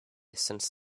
since